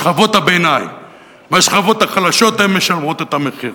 שכבות הביניים והשכבות החלשות הן שמשלמות את המחיר.